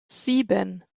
sieben